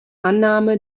annahme